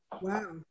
Wow